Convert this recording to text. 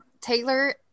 Taylor